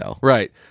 Right